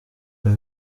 pas